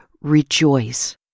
rejoice